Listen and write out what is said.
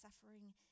suffering